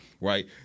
Right